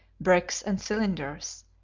bricks and cylinders,